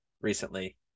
recently